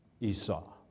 Esau